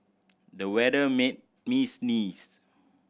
the weather made me sneeze